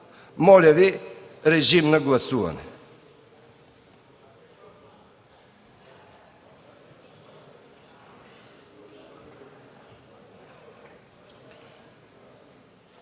Моля, режим на гласуване.